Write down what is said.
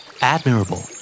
Admirable